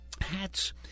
Hats